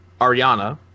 Ariana